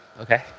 Okay